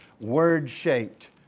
word-shaped